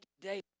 today